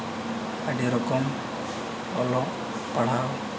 ᱟᱹᱰᱤ ᱨᱚᱠᱚᱢ ᱚᱞᱚᱜ ᱯᱟᱲᱦᱟᱣ